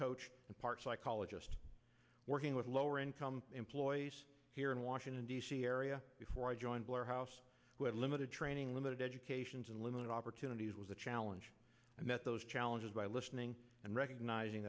coach and part psychologist working with lower income employees here in washington d c area before i joined blair house who had limited training limited educations and limited opportunities was a challenge and met those challenges by listening and recognizing